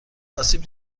آسیب